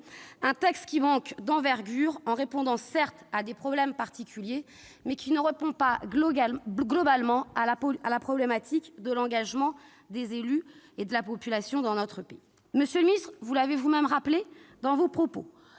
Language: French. Le texte manque d'envergure : il répond certes à des problèmes particuliers, mais il ne répond pas globalement à la problématique de l'engagement des élus et de la population dans notre pays. Monsieur le ministre, vous l'avez vous-même rappelé dans vos propos